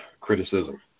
criticism